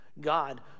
God